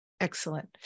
Excellent